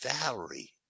Valerie